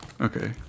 Okay